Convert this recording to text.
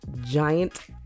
giant